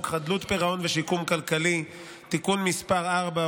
חדלות פירעון ושיקום כלכלי (תיקון מס' 4,